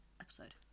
episode